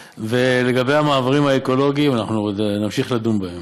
ולגבי המעברים האקולוגיים, עוד נמשיך לדון בהם.